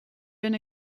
been